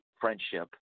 friendship